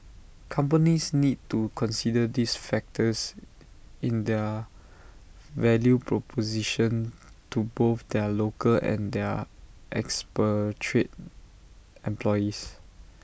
companies need to consider these factors in their value proposition to both their local and their expatriate employees